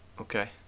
Okay